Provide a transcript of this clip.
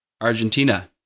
Argentina